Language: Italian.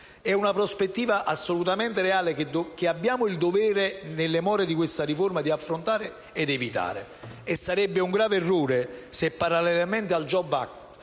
È una prospettiva assolutamente reale che abbiamo il dovere, nelle more di questa riforma, di affrontare ed evitare. E sarebbe un grave errore se, parallelamente al *jobs act*,